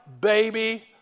baby